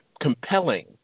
compelling